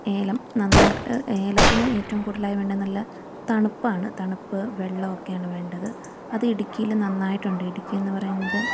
ഏലം നന്നായിട്ട് ഏലത്തിന് ഏറ്റവും കൂടുതലായി വേണ്ട നല്ല തണുപ്പാണ് തണുപ്പ് വെള്ളം ഒക്കെയാണ് വേണ്ടത് അത് ഇടുക്കിയില് നന്നായിട്ടുണ്ട് ഇടുക്കി എന്ന് പറയുന്നത്